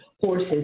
horses